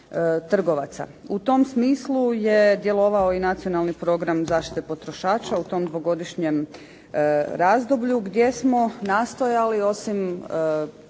U tom smislu je djelovao i Nacionalni program zaštite potrošača u tom dvogodišnjem razdoblju gdje smo nastojali osim